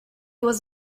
was